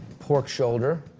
pork shoulder.